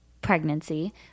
pregnancy